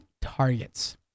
targets